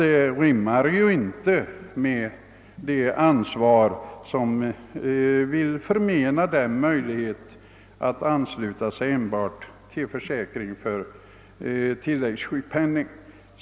Det rimmar inte med det ansvar som man har att förmena dessa grupper möjlighet att ansluta sig enbart till försäkringen för tilläggssjukpenning.